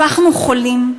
הפכנו חולים,